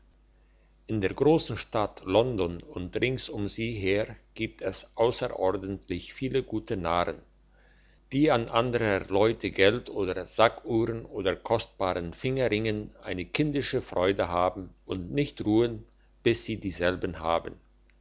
in der grossen stadt london und rings um sie her gibt es ausserordentlich viel gute narren die an anderer leute geld oder sackuhren oder kostbaren fingerringen eine kindische freude haben und nicht ruhen bis sie dieselben haben